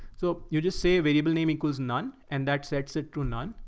so you just say a variable name equals none and that sets it to none.